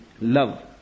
love